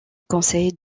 conseil